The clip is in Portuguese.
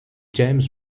james